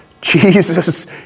Jesus